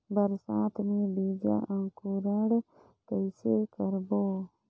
बरसात मे बीजा अंकुरण कइसे करबो?